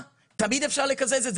תמיד אפשר לקזז את זה.